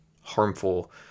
harmful